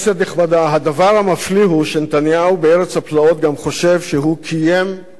הדבר המפליא הוא שנתניהו בארץ הפלאות גם חושב שהוא קיים את ההבטחות.